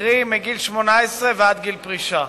קרי, מגיל 18 ועד גיל פרישה.